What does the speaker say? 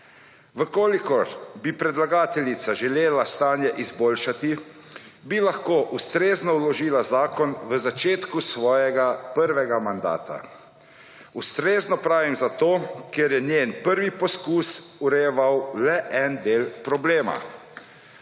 Če bi predlagateljica želela stanje izboljšati, bi lahko ustrezno vložila zakon v začetku svojega prvega mandata. Ustrezno pravim zato, ker je njen prvi poskus urejeval le en del problema.